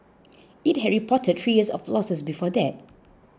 it had reported three years of losses before that